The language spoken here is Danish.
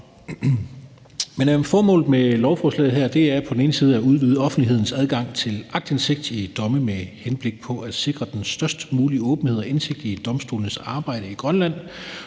Formålet med lovforslaget her er på den ene side at udvide offentlighedens adgang til aktindsigt i domme med henblik på at sikre den størst mulige åbenhed og indsigt i domstolenes arbejde i Grønland